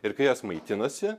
ir kai jos maitinasi